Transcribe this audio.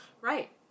Right